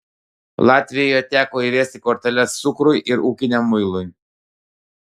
latvijoje teko įvesti korteles cukrui ir ūkiniam muilui